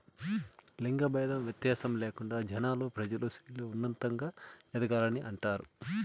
లింగ భేదం వ్యత్యాసం లేకుండా జనాలు ప్రజలు స్త్రీలు ఉన్నతంగా ఎదగాలని అంటారు